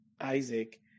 Isaac